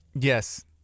Yes